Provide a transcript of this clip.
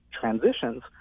transitions